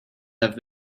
have